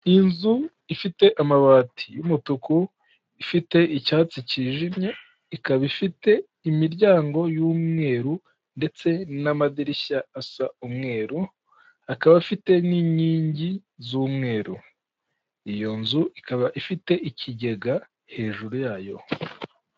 Inzu ifite amabati y'umutuku ifite icyatsi cyijimye, ikaba ifite imiryango y'umweru ndetse n'amadirishya asa umweru, akaba afite n'inkingi z'umweru. Iyo nzu ikaba ifite ikigega hejuru yayo.